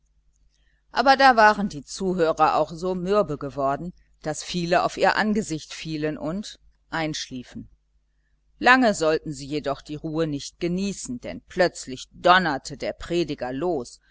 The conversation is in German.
aber da waren die zuhörer auch so mürbe geworden daß viele auf ihr angesicht fielen und einschliefen lange sollten sie jedoch die ruhe nicht genießen denn plötzlich donnerte der prediger los